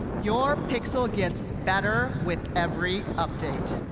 your pixel gets better with every update.